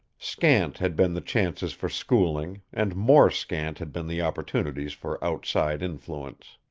scant had been the chances for schooling, and more scant had been the opportunities for outside influence.